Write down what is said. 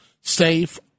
safe